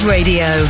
Radio